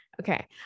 Okay